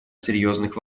серьезных